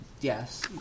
Yes